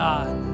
God